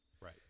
Right